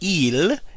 il